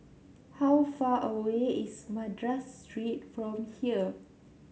how far away is Madras Street from here